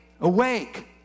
Awake